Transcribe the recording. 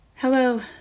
Hello